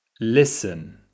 Listen